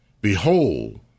Behold